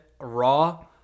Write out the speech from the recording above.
raw